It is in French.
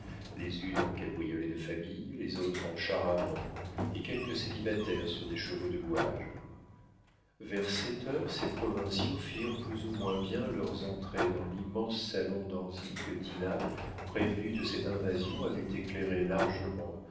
les unes en cabriolet de famille les autres en char à bancs et quelques célibataires sur des chevaux de louage vers sept heures ces provinciaux firent plus ou moins bien leurs entrées dans l'immense salon d'anzy que dinah prévenue de cette invasion avait éclairé largement